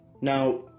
Now